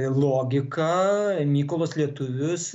logiką mykolas lietuvis